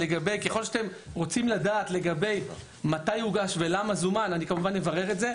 ככל שאתם רוצים לדעת מתי הוגש ולמה זומן אני אברר את זה,